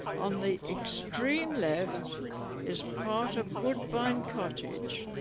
on the extreme left is part of woodbine cottage.